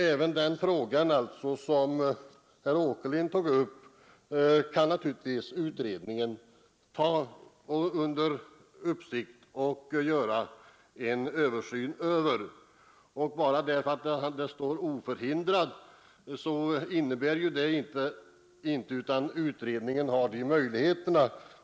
Även den fråga som herr Åkerlind tog upp kan naturligtvis utredningen göra en översyn av. Att det står ”oförhindrad” innebär inte att utredningen inte skulle ha de möjligheterna.